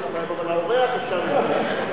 אבל לאורח אפשר למחוא כפיים.